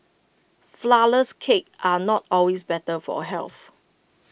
Flourless Cakes are not always better for health